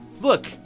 look